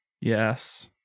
Yes